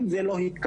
אם זה לא התקבל,